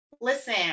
listen